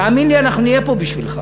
תאמין לי, אנחנו נהיה פה בשבילך.